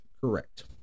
correct